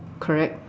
correct